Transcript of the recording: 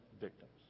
victims